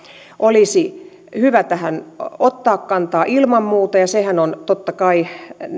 olisi hyvä tähän ottaa kantaa ilman muuta ja sehän on totta kai